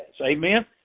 amen